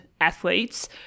athletes